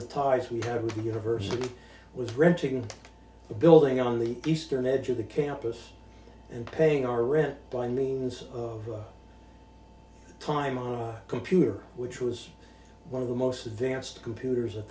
the ties we had a university was renting a building on the eastern edge of the campus and paying our rent by means of time on a computer which was one of the most advanced computers at